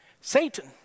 Satan